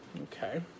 okay